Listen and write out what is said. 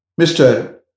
Mr